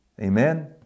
Amen